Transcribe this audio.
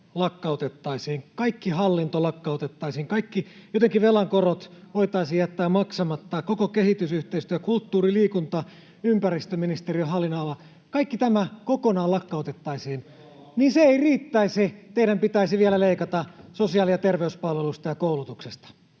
lakkautettaisiin, kaikki hallinto lakkautettaisiin, jotenkin kaikki velan korot voitaisiin jättää maksamatta, koko kehitysyhteistyö, kulttuuri, liikunta, ympäristöministeriön hallin-nonala, kaikki tämä, kokonaan lakkautettaisiin, niin se ei riittäisi. Teidän pitäisi vielä leikata sosiaali‑ ja terveyspalveluista ja koulutuksesta.